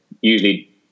Usually